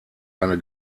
eine